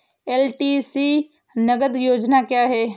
LTC नगद योजना क्या है?